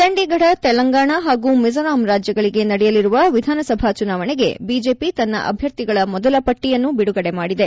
ಚಂಡೀಗಢ ತೆಲಂಗಾಣ ಹಾಗೂ ಮಿಜೋರಾಂ ರಾಜ್ಗಗಳಿಗೆ ನಡೆಯಲಿರುವ ವಿಧಾನಸಭಾ ಚುನಾವಣೆಗೆ ಬಿಜೆಪಿ ತನ್ನ ಅಭ್ಯರ್ಥಿಗಳ ಮೊದಲ ಪಟ್ಟಿಯನ್ನು ಬಿಡುಗಡೆ ಮಾಡಿದೆ